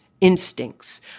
instincts